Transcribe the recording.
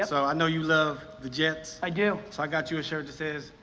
ah so i know you love the jets. i do. so i got you a shirt that says,